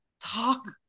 talk